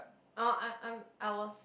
uh I I'm I was